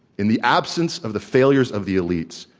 in the absence of the failures of the elites,